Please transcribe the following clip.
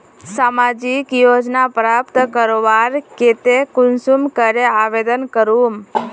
सामाजिक योजना प्राप्त करवार केते कुंसम करे आवेदन करूम?